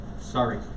Sorry